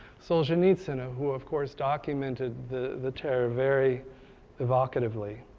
solzhenitsyn, ah who of course documented the the terror very evocatively,